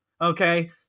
Okay